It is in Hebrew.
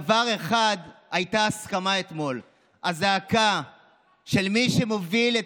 על דבר אחד הייתה הסכמה אתמול: הזעקה של מי שמוביל את